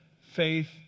faith